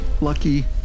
lucky